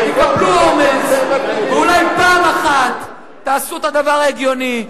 תקבלו אומץ, ואולי פעם אחת תעשו את הדבר ההגיוני.